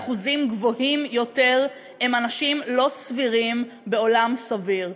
באחוזים גבוהים יותר הם אנשים לא סבירים בעולם סביר.